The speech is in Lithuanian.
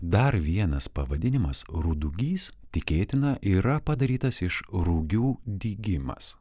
dar vienas pavadinimas rudūgys tikėtina yra padarytas iš rugių dygimas